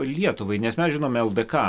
lietuvai nes mes žinome ldk